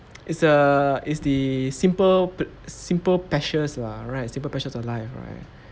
it's a it's the simple simple p~ simple pleasures lah right simple pleasures of life right